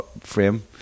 frame